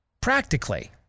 practically